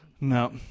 No